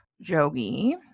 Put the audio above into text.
Jogi